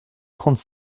trente